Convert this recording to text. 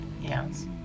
Yes